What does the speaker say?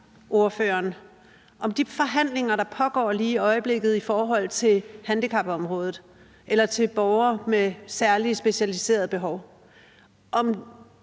at de forhandlinger, der pågår lige i øjeblikket, i forhold til borgere med særlige, specialiserede behov,